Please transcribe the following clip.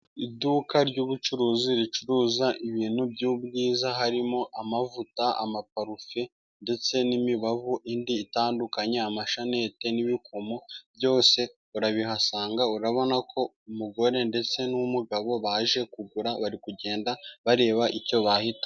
Iduka ry'ubucuruzi ricuruza ibintu by'ubwiza harimo amavuta, amaparufe ndetse n'imibavu. Indi itandukanye amashanete n'ibikomo byose urabihasanga urabona ko umugore ndetse n'umugabo baje kugura bari kugenda bareba icyo bahitamo.